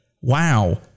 Wow